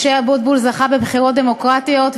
משה אבוטבול זכה בבחירות דמוקרטיות,